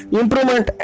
improvement